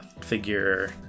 figure